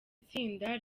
itsinda